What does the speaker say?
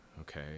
okay